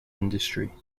industry